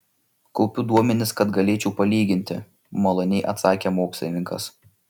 kaupiu duomenis kad galėčiau palyginti maloniai atsakė mokslininkas